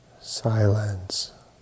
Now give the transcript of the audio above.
silence